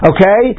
Okay